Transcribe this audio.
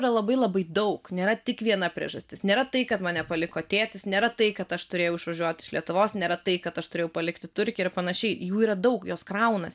yra labai labai daug nėra tik viena priežastis nėra tai kad mane paliko tėtis nėra tai kad aš turėjau išvažiuoti iš lietuvos nėra tai kad aš turėjau palikti turkiją ir panašiai jų yra daug jos kraunasi